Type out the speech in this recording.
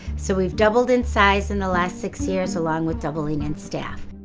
so, we've doubled in size in the last six years, along with doubling in staff.